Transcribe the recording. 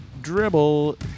dribble